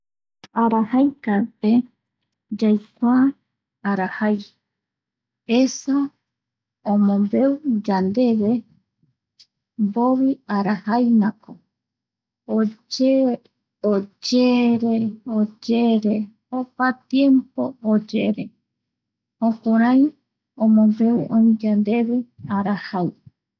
Arajaika pe, yaikua arajai, esa omombeu yandeve mbovi arajaimako oyere, oyere, oyere ima tiempo oyere, jukurai omombeu oï yandeve arajai.